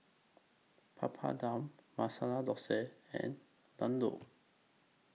Papadum Masala Dosa and Ladoo